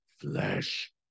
flesh